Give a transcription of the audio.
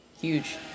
Huge